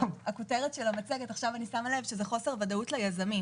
עכשיו אני שמה לב שהכותרת של המצגת היא חוסר ודאות ליזמים,